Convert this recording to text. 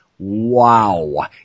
Wow